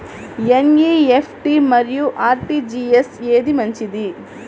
NEFT మరియు RTGS ఏది మంచిది?